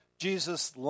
Jesus